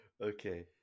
okay